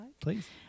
please